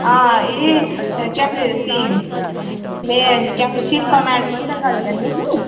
हां एह् केह् आखदे उस्सी में केह् आखदे उस्सी शिल्पा मैडम हुं'दे गल्ल करनी ही